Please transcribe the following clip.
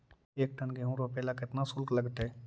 एक टन गेहूं रोपेला केतना शुल्क लगतई?